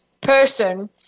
person